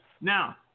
Now